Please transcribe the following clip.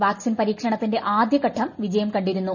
vaccine പരീക്ഷണത്തിന്റെ ആദ്യഘട്ടം വിജയം കണ്ടിരുന്നു